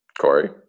Corey